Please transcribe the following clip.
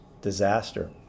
disaster